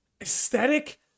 aesthetic